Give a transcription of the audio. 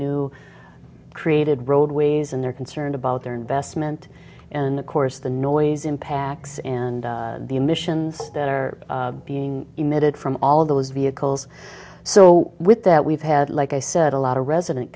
new created roadways and they're concerned about their investment and of course the noise impacts and the emissions that are being emitted from all those vehicles so with that we've had like i said a lot of resident